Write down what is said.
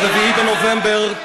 על מה אתה מדבר?